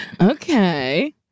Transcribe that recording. okay